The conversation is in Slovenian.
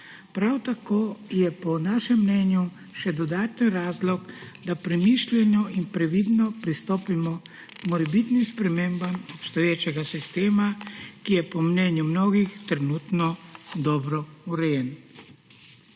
Prav tako je po našem mnenju še dodatni razlog, da premišljeno in previdno pristopimo k morebitnim spremembam obstoječega sistema, ki je po mnenju mnogih trenutno dobro urejen.